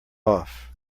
off